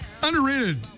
Underrated